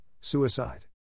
suicide